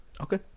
Okay